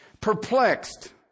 perplexed